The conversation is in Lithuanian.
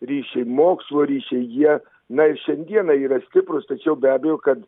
ryšiai mokslo ryšiai jie na ir šiandieną yra stiprūs tačiau be abejo kad